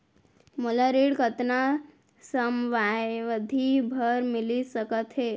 मोला ऋण कतना समयावधि भर मिलिस सकत हे?